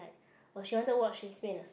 oh she wanted to watch